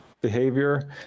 behavior